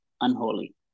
unholy